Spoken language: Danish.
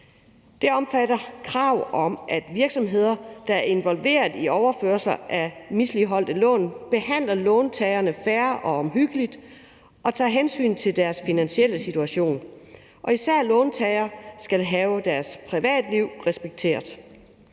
Det omfatter krav om, at virksomheder, der er involveret i overførsler af misligholdte lån, behandler låntagerne fair og omhyggeligt og tager hensyn til deres finansielle situation. Især låntagere skal have deres privatliv respekteret.